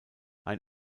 ein